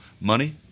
money